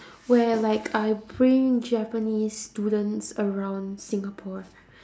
where like I bring japanese students around singapore